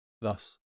thus